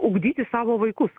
ugdyti savo vaikus